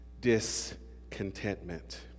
discontentment